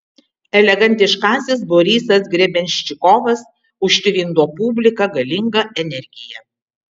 elegantiškasis borisas grebenščikovas užtvindo publiką galinga energija